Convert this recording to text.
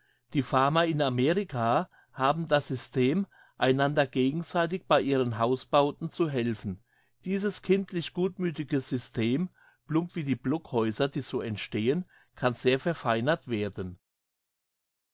die farmer in amerika haben das system einander gegenseitig bei ihren hausbauten zu helfen dieses kindlich gutmüthige system plump wie die blockhäuser die so entstehen kann sehr verfeinert werden